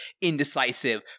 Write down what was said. indecisive